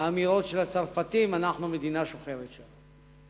אמירות הצרפתים, אנו מדינה שוחרת שלום.